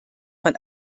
von